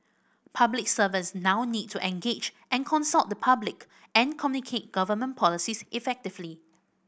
public servants now need to engage and consult the public and communicate government policies effectively